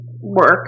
work